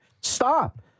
Stop